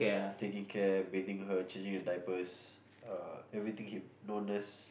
taking care bathing her changing her diapers uh everything he no nurse